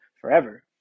forever